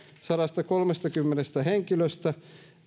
sadastakolmestakymmenestä henkilöstä